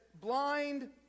Blind